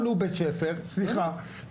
סליחה,